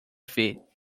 feet